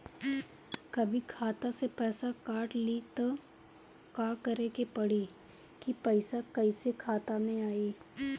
कभी खाता से पैसा काट लि त का करे के पड़ी कि पैसा कईसे खाता मे आई?